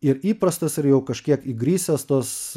ir įprastas ir jau kažkiek įgrisęs tos